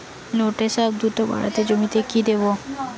লটে শাখ দ্রুত বাড়াতে জমিতে কি দেবো?